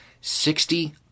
Sixty